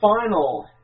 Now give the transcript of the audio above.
final